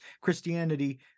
Christianity